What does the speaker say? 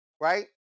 Right